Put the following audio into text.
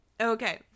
Okay